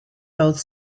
both